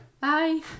bye